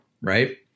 right